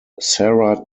sarah